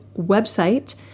website